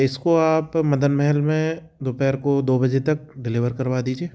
इसको आप मदन महल में दोपहर को दो बजे तक डिलीवर करवा दीजिए